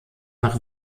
nach